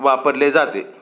वापरले जाते